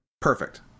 Perfect